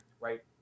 right